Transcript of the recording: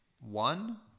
one